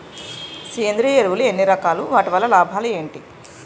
సేంద్రీయ ఎరువులు ఎన్ని రకాలు? వాటి వల్ల లాభాలు ఏంటి?